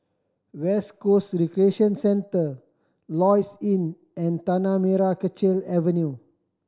West Coast Recreation Centre Lloyds Inn and Tanah Merah Kechil Avenue